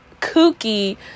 kooky